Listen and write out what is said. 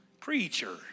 Preacher